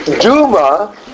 Duma